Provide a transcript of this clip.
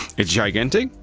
it's gigantic,